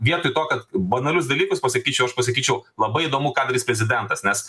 vietoj to kad banalius dalykus pasakyčiau aš pasakyčiau labai įdomu ką darys prezidentas nes